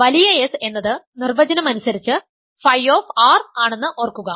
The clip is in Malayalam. വലിയ S എന്നത് നിർവചനം അനുസരിച്ച് Φ ആണെന്ന് ഓർക്കുക